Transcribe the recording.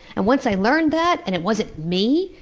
and once i learned that and it wasn't me,